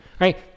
right